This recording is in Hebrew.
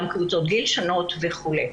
גם קבוצות גיל שונות וכו'.